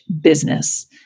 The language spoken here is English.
business